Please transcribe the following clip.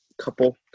Couple